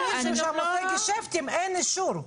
כי אם יהיו שם געשעפטים אין אישור.